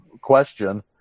question